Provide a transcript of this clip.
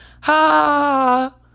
Ha